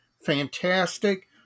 Fantastic